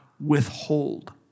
withhold